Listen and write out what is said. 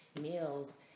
meals